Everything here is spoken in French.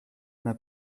n’a